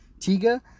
Tiga